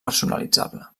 personalitzable